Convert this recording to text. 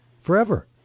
forever